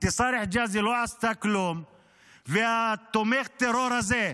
אינתיסאר חיג'אזי לא עשתה כלום ותומך הטרור הזה,